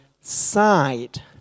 side